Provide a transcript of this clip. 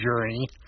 Journey